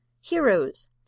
heroes